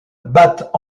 battent